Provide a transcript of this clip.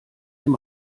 dem